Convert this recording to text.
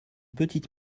petite